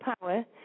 power